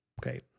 Okay